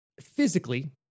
physically